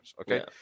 okay